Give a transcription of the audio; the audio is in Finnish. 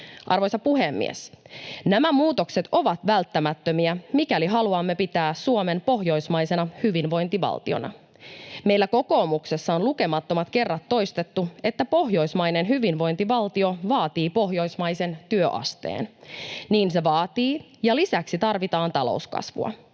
Arvoisa puhemies! Nämä muutokset ovat välttämättömiä, mikäli haluamme pitää Suomen pohjoismaisena hyvinvointivaltiona. Meillä kokoomuksessa on lukemattomat kerrat toistettu, että pohjoismainen hyvinvointivaltio vaatii pohjoismaisen työasteen. Niin se vaatii, ja lisäksi tarvitaan talouskasvua.